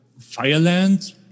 Firelands